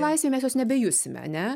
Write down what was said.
laisvė mes jos nebejusime ane